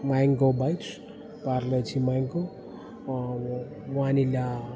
mango bites parle G mango vanilla